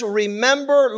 remember